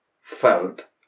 felt